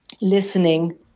listening